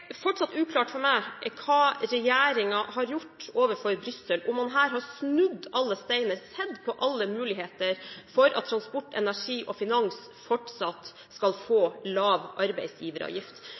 fortsatt uklart for meg hva regjeringen har gjort overfor Brussel – om man her har snudd alle steiner, sett på alle muligheter, for at transport, energi og finans fortsatt skal få lav arbeidsgiveravgift.